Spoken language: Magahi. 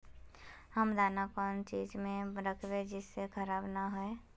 हम दाना कौन चीज में राखबे जिससे खराब नय होते?